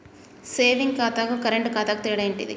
Saving ఖాతాకు current ఖాతాకు తేడా ఏంటిది?